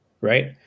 Right